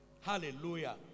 Hallelujah